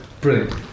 Brilliant